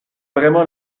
vraiment